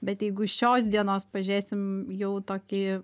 bet jeigu šios dienos pažiūrėsim jau tokį